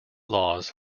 laws